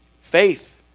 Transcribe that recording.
Faith